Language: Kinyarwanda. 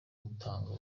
gutanga